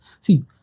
See